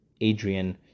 Adrian